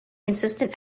consistent